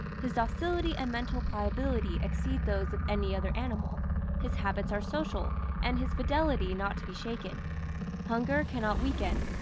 his docility and mental pliability exceed those of any other animal his habits are social, and his fidelity not to be shaken hunger cannot weaken,